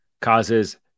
Causes